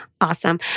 Awesome